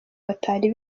batari